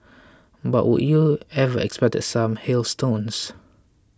but would you ever expect some hailstones